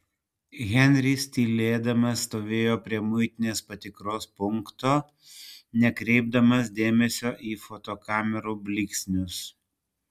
henris tylėdamas stovėjo prie muitinės patikros punkto nekreipdamas dėmesio į fotokamerų blyksnius